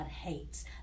hates